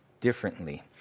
differently